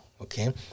Okay